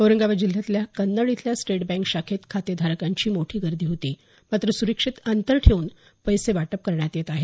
औरंगाबाद जिल्ह्यातल्या कन्नड इथल्या state bank शाखेत खातेधारकांची मोठी गर्दी केली मात्र सुरक्षित अंतर ठेवून पैसे वाटप करण्यात येत आहे